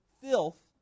filth